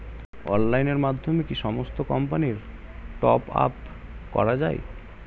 অনলাইনের মাধ্যমে কি সমস্ত কোম্পানির টপ আপ করা যায়?